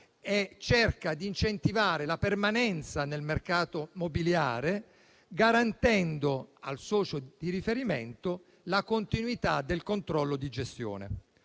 cercando di incentivare la permanenza nel mercato mobiliare, garantendo al socio di riferimento la continuità del controllo di gestione.